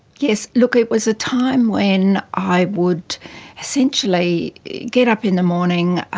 yes, look, it was a time when i would essentially get up in the morning,